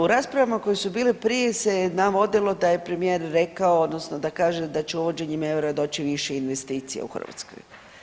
U raspravama koje su bile prije se je navodilo da je premijer rekao odnosno da kaže da će uvođenjem eura doći više investicija u Hrvatskoj.